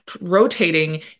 rotating